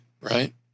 Right